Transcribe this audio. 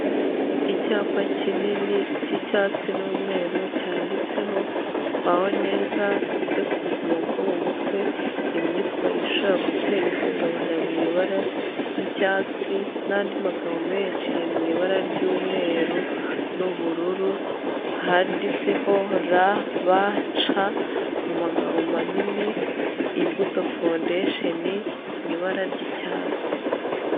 Icyapa kinini cy'icyatsi n'umweru cyanditseho baho neza twite ku buzima bwo mu mutwe, imyitwasha gutera ihungabana mu ibara ry'icyatsi n'andi magambo menshi mu ibara ry'umweru n'ubururu, handitseho mu magambo manini imbuto foundation mu ibara ry'icyatsi.